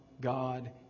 God